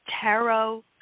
tarot